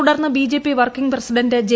തുടർന്ന് BJP working president J